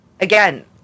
again